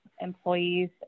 employees